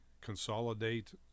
consolidate